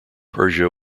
persia